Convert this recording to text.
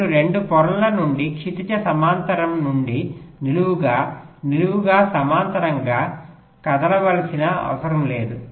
మీరు 2 పొరల నుండి క్షితిజ సమాంతర నుండి నిలువుగా నిలువుగా సమాంతరంగా కదలవలసిన అవసరం లేదు